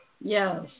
Yes